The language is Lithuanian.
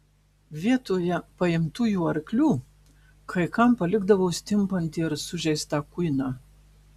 vietoje paimtųjų arklių kai kam palikdavo stimpantį ar sužeistą kuiną